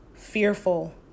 fearful